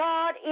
God